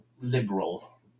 liberal